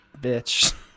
bitch